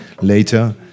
later